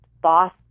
boss